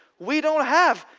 we don't have.